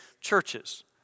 churches